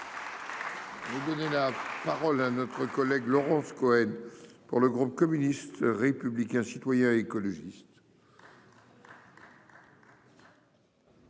de son destin. Parole à notre collègue Laurence Cohen pour le groupe communiste, républicain, citoyen et écologiste.